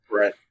Right